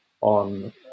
on